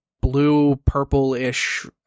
blue-purple-ish